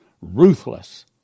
ruthless